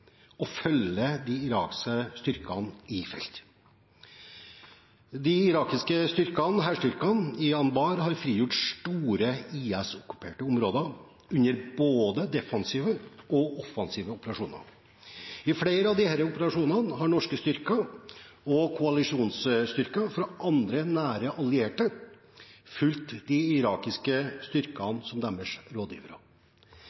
og følge de irakiske styrkene i felt. De irakiske hærstyrkene i Anbar har frigjort store IS-okkuperte områder under både defensive og offensive operasjoner. I flere av disse operasjonene har norske styrker og koalisjonsstyrker fra andre nære allierte fulgt de irakiske